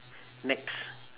next